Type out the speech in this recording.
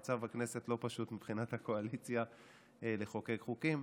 המצב בכנסת לא פשוט מבחינת הקואליציה לחוקק חוקים,